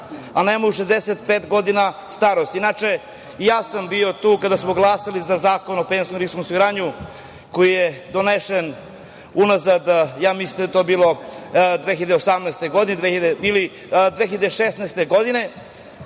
a nemaju 65 godina starosti. Inače, ja sam bio tu kada smo glasali za Zakon o penzijskom osiguranju koji je donesen unazad, mislim da je to bilo 2018. godine ili 2016. godine,